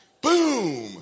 Boom